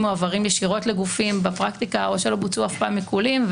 מועברים ישירות לגופים בפרקטיקה או שאף פעם לא בוצעו עיקולים.